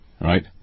Right